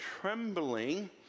trembling